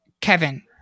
Kevin